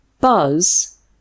Buzz